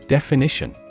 Definition